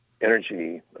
energy